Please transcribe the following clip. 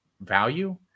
value